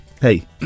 Hey